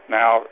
now